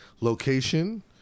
location